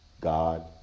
God